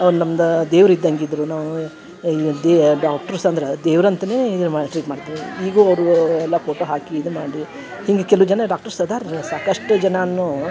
ಅವ್ರ ನಮ್ದಾ ದೇವ್ರ ಇದ್ದಂಗೆ ಇದ್ದರೂ ನಾವು ಡಾಕ್ಟರ್ಸ್ ಅಂದ್ರ ದೇವ್ರ ಅಂತಾನೆ ಇದು ಟ್ರೀಟ್ ಮಾಡ್ತೀವಿ ಈಗ ಅವರು ಎಲ್ಲ ಕೊಟ್ಟು ಹಾಕಿ ಇದು ಮಾಡಿ ಹೀಗೆ ಕೆಲವು ಜನ ಡಾಕ್ಟರ್ಸ್ ಅದಾರ ಸಾಕಷ್ಟು ಜನನೂ